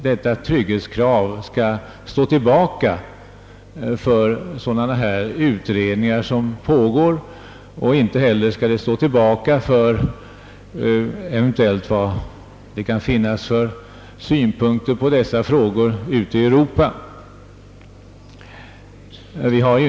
Detta trygghetskrav skall inte behöva stå tillbaka därför att utredningar pågår och inte heller skall det stå tillbaka med hänsyn till de synpunkter som eventuellt kan finnas på dessa frågor ute i Europa.